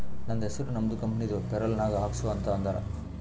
ನಂದ ಹೆಸುರ್ ನಮ್ದು ಕಂಪನಿದು ಪೇರೋಲ್ ನಾಗ್ ಹಾಕ್ಸು ಅಂತ್ ಅಂದಾರ